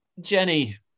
Jenny